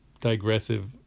digressive